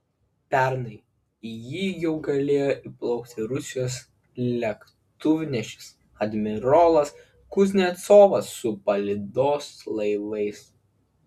pernai į jį jau galėjo įplaukti rusijos lėktuvnešis admirolas kuznecovas su palydos laivais